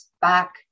back